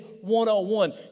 one-on-one